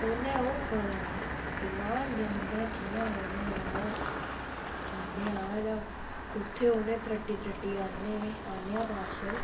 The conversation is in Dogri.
उ'न्नै ओह् पता निं भगवान जानदा कि'यां उ'न्नै ओह् आह्न्नेआ जां कुत्थै उ'न्नै त्रट्टी त्रट्टी आह्न्ने आह्न्नेआ पार्सल